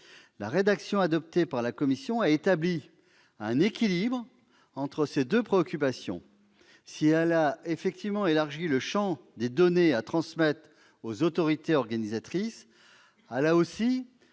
La rédaction adoptée par la commission a établi un équilibre entre ces deux préoccupations légitimes : elle a certes élargi le champ des données à transmettre aux autorités organisatrices, mais elle a aussi,